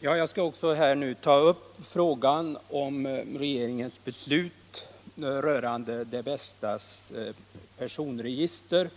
Herr talman! Jag skall också ta upp frågan om regeringens beslut rörande Det Bästas personregister.